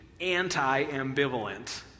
anti-ambivalent